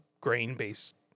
grain-based